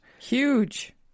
Huge